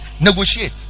negotiate